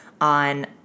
on